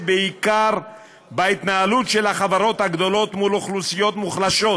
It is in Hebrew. בעיקר בהתנהלות של החברות הגדולות מול אוכלוסיות מוחלשות,